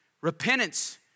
repentance